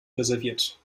reserviert